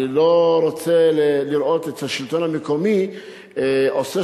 אני לא רוצה לראות את השלטון המקומי עושה